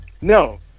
No